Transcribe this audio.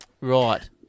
Right